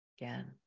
again